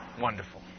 Wonderful